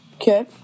Okay